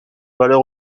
valeurs